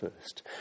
first